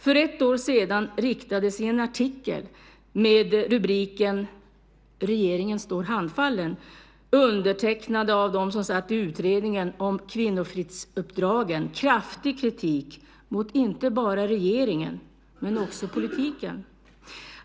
För ett år sedan riktades i en artikel med rubriken "Regeringen står handfallen", undertecknad av dem som satt i utredningen om kvinnofridsuppdragen, kraftig kritik mot inte bara regeringen utan också politiken.